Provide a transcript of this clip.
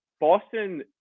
Boston